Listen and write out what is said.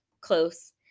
close